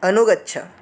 अनुगच्छ